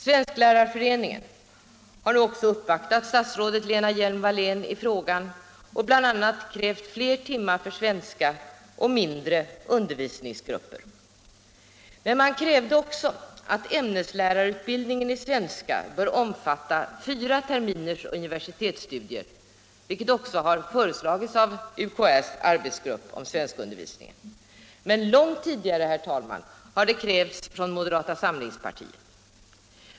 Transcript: Svensklärarföreningen har också uppvaktat statsrådet Hjelm-Wallén i frågan och bl.a. krävt fler timmar för svenska och mindre undervisningsgrupper. Man krävde även att ämneslärarutbildningen i svenska skall omfatta fyra terminers universitetsstudier, vilket har föreslagits också av UKÄ:s arbetsgrupp. Men långt tidigare, herr talman, har detta krävts från moderata samlingspartiet.